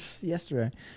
yesterday